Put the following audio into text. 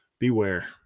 Beware